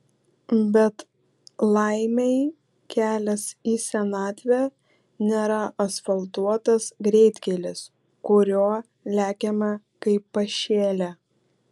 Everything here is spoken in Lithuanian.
bet laimei kelias į senatvę nėra asfaltuotas greitkelis kuriuo lekiame kaip pašėlę